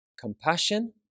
Compassion